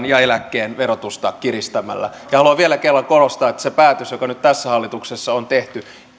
ja eläkkeen verotusta kiristämällä haluan vielä kerran korostaa että se päätös joka nyt tässä hallituksessa on tehty